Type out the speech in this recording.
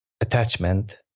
attachment